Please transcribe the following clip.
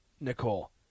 Nicole